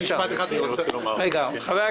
משה שגיא,